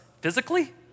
physically